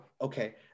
Okay